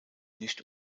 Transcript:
nicht